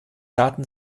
daten